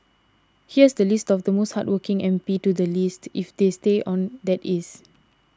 here's the list of the most hardworking M P to the least if they stay on that is